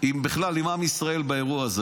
עִם עם ישראל באירוע הזה,